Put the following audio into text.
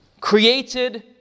Created